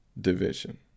division